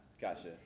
Gotcha